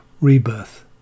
rebirth